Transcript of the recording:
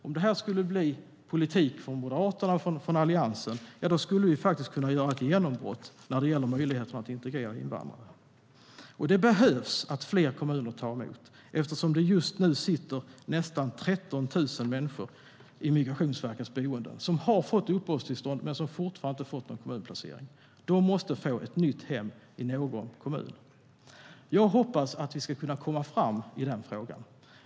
Om detta blev politik från Moderaterna och Alliansen skulle vi kunna göra ett genombrott vad gäller möjligheten att integrera invandrare. Jag hoppas att vi ska kunna komma framåt i den frågan.